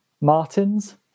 Martins